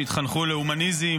שיתחנכו להומניזם,